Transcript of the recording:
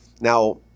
Now